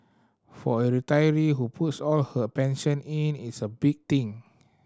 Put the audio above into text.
for a retiree who puts all her pension in it's a big thing